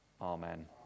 amen